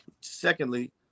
Secondly